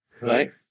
right